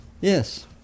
Yes